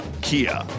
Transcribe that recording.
Kia